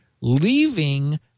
leaving